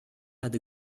had